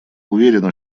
уверены